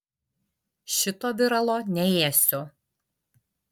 šito viralo neėsiu